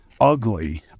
Ugly